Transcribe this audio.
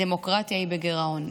הדמוקרטיה היא בגירעון.